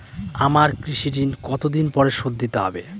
আমার কৃষিঋণ কতদিন পরে শোধ দিতে হবে?